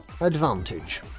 advantage